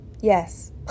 yes